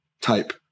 type